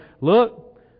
look